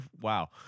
Wow